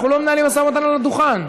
אנחנו לא מנהלים משא-ומתן על הדוכן.